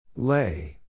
Lay